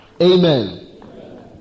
Amen